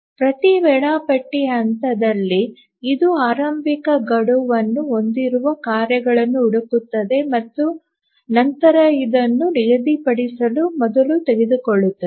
ಪ್ರತಿ ವೇಳಾಪಟ್ಟಿ ಹಂತದಲ್ಲಿ ಇದು ಆರಂಭಿಕ ಗಡುವನ್ನು ಹೊಂದಿರುವ ಕಾರ್ಯಗಳನ್ನು ಹುಡುಕುತ್ತದೆ ಮತ್ತು ನಂತರ ಇದನ್ನು ನಿಗದಿಪಡಿಸಲು ಮೊದಲು ತೆಗೆದುಕೊಳ್ಳುತ್ತದೆ